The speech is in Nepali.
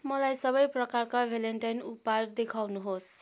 मलाई सबै प्रकारका भ्यालेन्टाइन उपहार देखाउनुहोस्